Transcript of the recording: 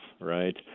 right